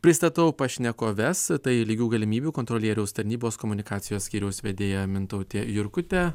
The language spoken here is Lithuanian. pristatau pašnekoves tai lygių galimybių kontrolieriaus tarnybos komunikacijos skyriaus vedėja mintautė jurkutė